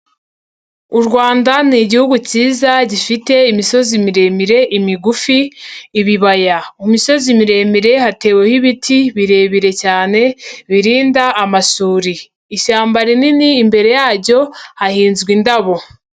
U Rwanda ni Igihugu kiza, gifite imisozi miremire, imigufi, ibibaya. Mu misozi miremire hateweho ibiti birebire cyane birinda amasuri. Ishyamba rinini imbere yaryo hahinzwe indabo.